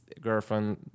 girlfriend